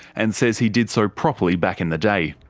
and says he did so properly back in the day.